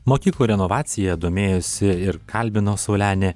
mokyklų renovacija domėjosi ir kalbino saulenė